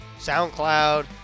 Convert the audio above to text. SoundCloud